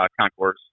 concourse